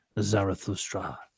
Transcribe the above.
Zarathustra